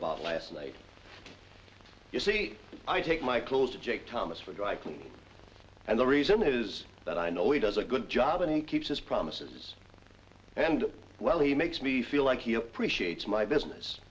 about last night you see i take my clothes jake thomas for dry cleaning and the reason is that i know he does a good job and he keeps his promises and well he makes me feel like he appreciates my business